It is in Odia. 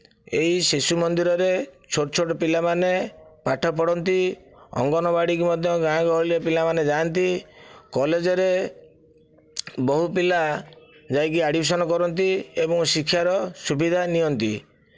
ଏହି ଶିଶୁ ମନ୍ଦିରରେ ଛୋଟ ଛୋଟ ପିଲାମାନେ ପାଠ ପଢ଼ନ୍ତି ଅଙ୍ଗନବାଡ଼ିକୁ ମଧ୍ୟ ଗାଁ ଗହଳିର ପିଲାମାନେ ଯାଆନ୍ତି କଲେଜରେ ବହୁ ପିଲା ଯାଇକି ଆଡ଼ମିସନ କରନ୍ତି ଏବଂ ଶିକ୍ଷାର ସୁବିଧା ନିଅନ୍ତି